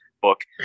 book